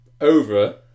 over